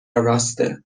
راسته